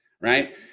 right